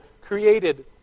created